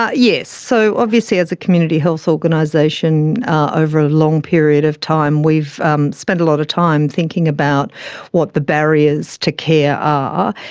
yes, so obviously as a community health organisation ah over a long period of time we've um spent a lot of time thinking about what the barriers to care are.